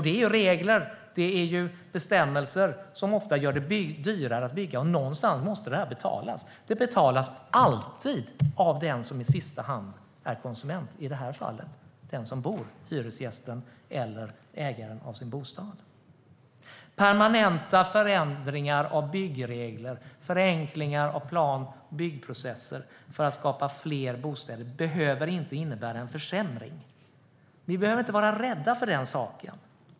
Det är ju regler och bestämmelser som ofta gör det dyrare att bygga, och någonstans måste det betalas. Det betalas alltid av konsumenten i sista hand är, i det här fallet den som bor, det vill säga hyresgästen eller ägaren av bostaden. Permanenta förändringar av byggregler och förenklingar av plan och byggprocesser för att skapa fler bostäder behöver inte innebära en försämring. Ni behöver inte vara rädda för den saken.